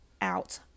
out